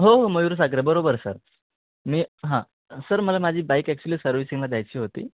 हो हो मयूर सागरे बरोबर सर मी हां सर मला माझी बाईक ॲक्च्युअली सर्व्हिसिंगला द्यायची होती